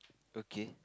okay